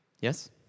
Yes